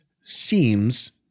seems